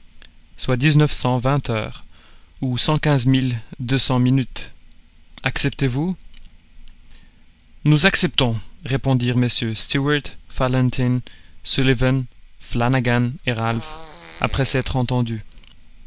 soit dix-neuf cent vingt heures ou cent quinze mille deux cents minutes acceptez-vous nous acceptons répondirent mm stuart fallentin sullivan flanagan et ralph après s'être entendus